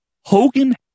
Hogan